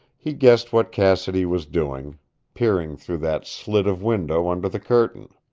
he guessed what cassidy was doing peering through that slit of window under the curtain.